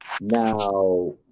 Now